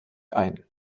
ein